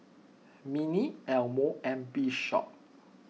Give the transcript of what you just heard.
Minnie Elmo and Bishop